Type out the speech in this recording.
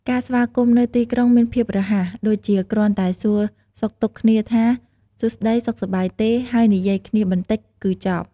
ការស្វាគមន៍នៅទីក្រុងមានភាពរហ័ស ដូចជាគ្រាន់តែសួរសុខទុក្ខគ្នាថា “សួស្តី សុខសប្បាយទេ?” ហើយ និយាយគ្នាបន្តិច គឺចប់។